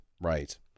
right